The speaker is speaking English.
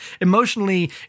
emotionally